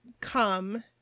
come